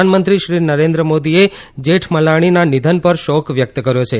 પ્રધાનમંત્રી શ્રી નરેન્દ્ર મોદીએ જેઠમલાણીના નિધન પર શોક વ્યક્ત કર્યો છે